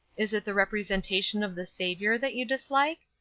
is it the representation of the saviour that you dislike?